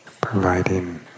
providing